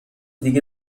دیگه